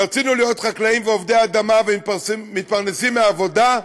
רצינו להיות חקלאים ועובדי אדמה ומתפרנסים מעבודה,